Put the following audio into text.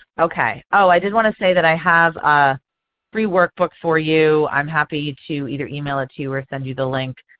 okay, i did want to say that i have a free workbook for you. i'm happy to either email it to you or send you the link.